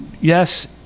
yes